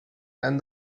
and